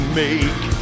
make